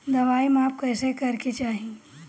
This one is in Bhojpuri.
दवाई माप कैसे करेके चाही?